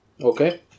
Okay